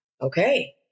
okay